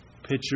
picture